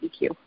EQ